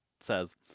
says